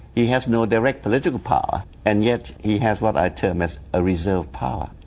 he has no direct political power, and yet he has what i term as a reserve power,